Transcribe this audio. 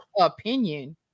opinion